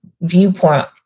viewpoint